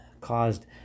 caused